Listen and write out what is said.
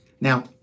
Now